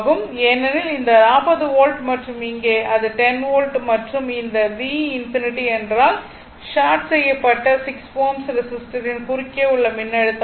ஏனெனில் இந்த 40 வோல்ட் மற்றும் இங்கே அது 10 வோல்ட் மற்றும் இந்த v∞ என்றால் ஷார்ட் செய்யப்பட்ட 6 Ω ரெசிஸ்டரின் குறுக்கே உள்ள மின்னழுத்தம் ஆகும்